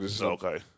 Okay